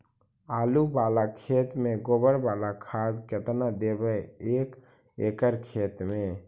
आलु बाला खेत मे गोबर बाला खाद केतना देबै एक एकड़ खेत में?